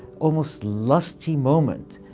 almost lusty moment,